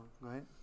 right